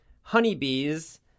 honeybees